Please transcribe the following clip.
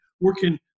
working